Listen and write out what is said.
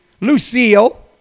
Lucille